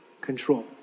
control